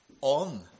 on